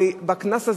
הרי בקנס הזה,